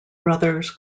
brothers